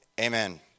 amen